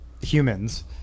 humans